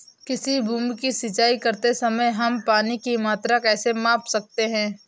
किसी भूमि की सिंचाई करते समय हम पानी की मात्रा कैसे माप सकते हैं?